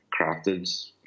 crafted